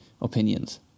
opinions